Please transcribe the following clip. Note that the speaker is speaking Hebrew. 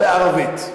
בערבית.